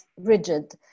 rigid